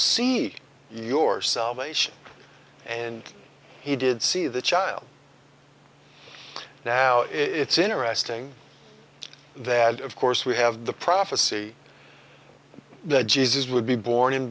see yourself and he did see the child now it's interesting that of course we have the prophecy that jesus would be born in